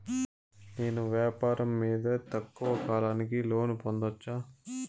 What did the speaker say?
నేను వ్యాపారం మీద తక్కువ కాలానికి లోను పొందొచ్చా?